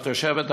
את תושבת ערד,